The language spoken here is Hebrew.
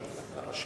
אבל אני לא מוסיף,